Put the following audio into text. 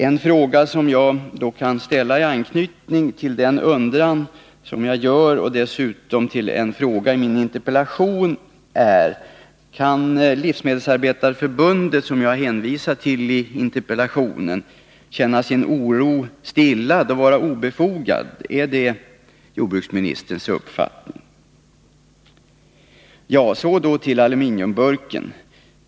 En fråga som jag då kan ställa i anknytning till denna undran och dessutom till en fråga i interpellationen är: Kan Livsmedelsarbetareförbundet, som jag har hänvisat till i min interpellation, känna att dess oro kan stillas eller att den är obefogad? Är detta jordbruksministerns uppfattning? Så till frågan om aluminiumburken.